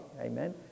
Amen